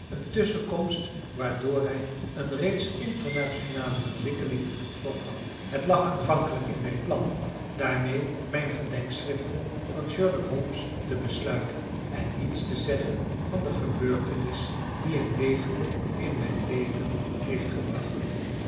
een tusschenkomst waardoor hij een reeks internationale verwikkelingen voorkwam het lag aanvankelijk in mijn plan daarmede mijn gedenkschriften van sherlock holmes te besluiten en niets te zeggen van de gebeurtenis die een leegte in mijn leven heeft gebracht